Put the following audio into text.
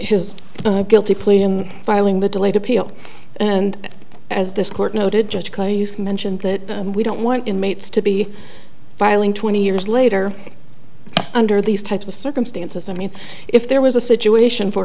his guilty plea in filing the delayed appeal and as this court noted judge mentioned that we don't want inmates to be filing twenty years later under these types of circumstances i mean if there was a situation for